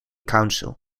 council